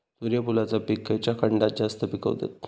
सूर्यफूलाचा पीक खयच्या खंडात जास्त पिकवतत?